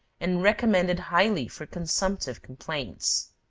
and recommended highly for consumptive complaints.